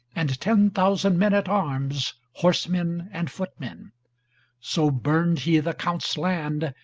and ten thousand men at arms, horsemen and footmen so burned he the count's land,